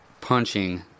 punching